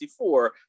1964